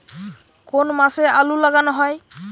কোন মাসে আলু লাগানো হয়?